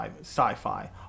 sci-fi